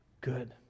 good